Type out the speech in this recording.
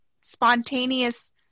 spontaneous